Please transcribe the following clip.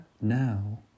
now